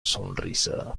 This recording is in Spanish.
sonrisa